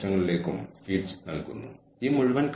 രണ്ട് തരത്തിലുള്ള ആളുകളെയും നമുക്ക് സംഘടനയിൽ ആവശ്യമുണ്ട്